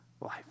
life